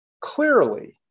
clearly